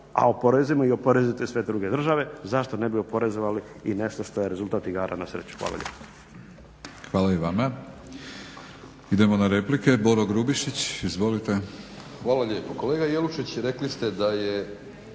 a oporezujemo i oporezujete sve druge države, zašto ne bi oporezovali i nešto što je rezultat igara na sreću. Hvala lijepo. **Batinić, Milorad (HNS)** Hvala i vama. Idemo na replike. Boro Grubišić, izvolite. **Grubišić, Boro (HDSSB)** Hvala lijepo. Kolega Jelušić, rekli ste da je